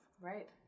Right